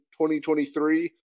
2023